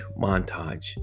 montage